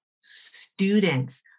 students